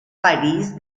parís